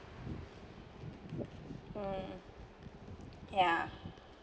mm ya